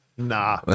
Nah